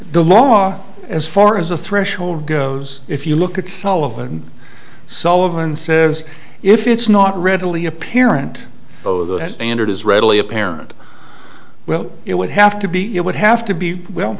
the law as far as the threshold goes if you look at sullivan sullivan says if it's not readily apparent oh that standard is readily apparent well it would have to be it would have to be well